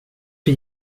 för